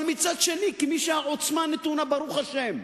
אבל מצד שני, כמי שהעוצמה נתונה, ברוך השם,